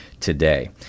Today